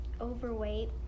overweight